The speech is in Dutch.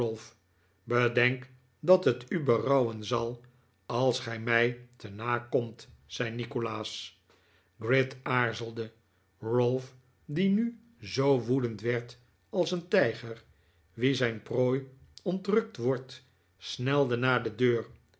bedenk dat het u berouwen zal als gij mij te na komt zei nikolaas gride aarzelde ralph die nu zoo woedend werd als een tijger wien zijn prooi ontrukt wordt snelde naar de deur